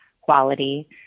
quality